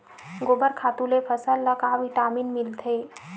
गोबर खातु ले फसल ल का विटामिन मिलथे का?